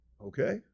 okay